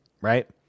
right